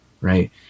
right